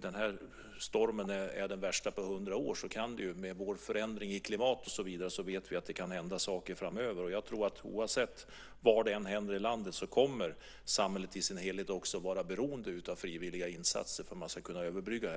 den här stormen är den värsta på 100 år vet vi att det med förändringen i klimatet kan hända saker framöver. Oavsett var i landet det händer kommer samhället i sin helhet att vara beroende av frivilliga insatser för att man ska kunna överbrygga.